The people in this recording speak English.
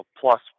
plus